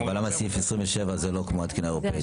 אבל למה סעיף 27 זה לא כמו התקינה האירופית?